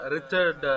Richard